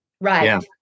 Right